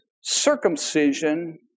circumcision